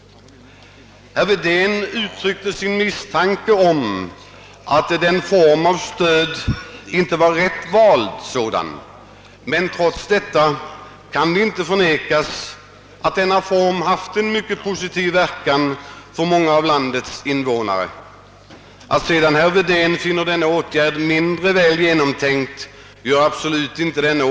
Herr Wedén uttryckte en misstanke om att denna form av stöd inte var rätt vald. Trots detta kan det inte förnekas att denna form haft en mycket positiv verkan för många av landets invånare. Att sedan herr Wedén finner denna åtgärd mindre väl genomtänkt, gör den absolut inte sämre.